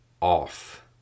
off